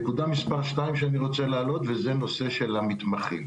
נקודה שנייה שאני רוצה להעלות היא הנושא של המתמחים.